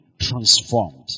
transformed